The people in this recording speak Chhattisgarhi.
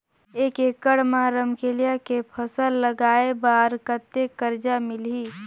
एक एकड़ मा रमकेलिया के फसल लगाय बार कतेक कर्जा मिलही?